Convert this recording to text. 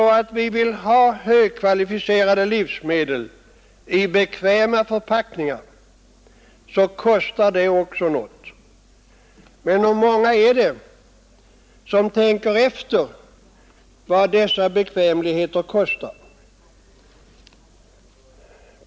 Om vi vill ha livsmedel av hög kvalitet i bekväma förpackningar kostar det något. Men hur många är det som tänker efter vad bekvämligheten kostar?